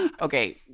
Okay